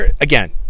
Again